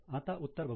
आता उत्तर बघूया